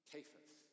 Cephas